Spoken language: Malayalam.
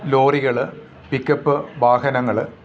ലോറികൾ പിക്കപ്പ് വാഹനങ്ങൾ